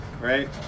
right